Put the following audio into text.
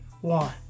one